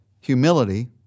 humility